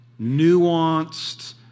nuanced